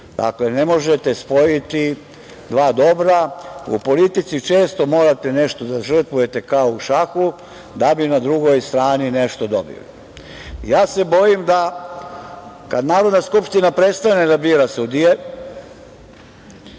Dakle, ne možete sporiti dva dobra, u politici često morate nešto da žrtvujete kao u šahu, da bi na drugoj strani nešto dobili. Ja se bojim da kada Narodna skupština prestane da bira sudije